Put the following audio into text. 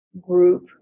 group